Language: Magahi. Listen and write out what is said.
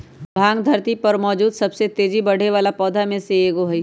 भांग धरती पर मौजूद सबसे तेजी से बढ़ेवाला पौधा में से एगो हई